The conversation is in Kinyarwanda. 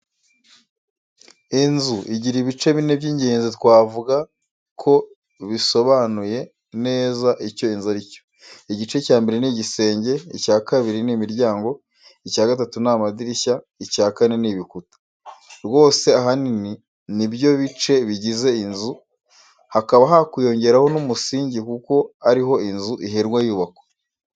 Inzu igira ibice bine by'ingenzi twavuga ko bisobanuye neza icyo inzu ari cyo. Igice cya mbere n'igisenge, icya kabiri n'imiryango, icya gatatu n'amadirishya, icya kane n'ibikuta. Rwose ahanini nibyo bice bigize inzu hakaba hakwiyongeraho n'umusingi kuko ariho inzu iherwa yubakwa.